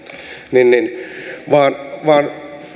vaan vaan